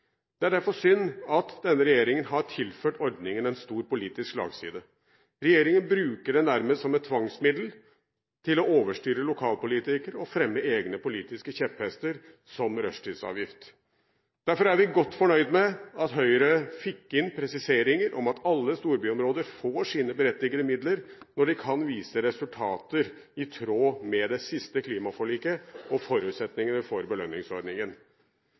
Det er derfor synd at denne regjeringen har tilført ordningen en stor politisk slagside. Regjeringen bruker den nærmest som et tvangsmiddel til å overstyre lokalpolitikere og fremme egne politiske kjepphester, som f.eks. rushtidsavgift. Derfor er vi godt fornøyd med at Høyre fikk inn presiseringer om at alle storbyområder får sine berettigede midler når de kan vise resultater i tråd med det siste klimaforliket og forutsetningene for belønningsordningen.